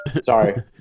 Sorry